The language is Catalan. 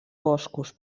boscos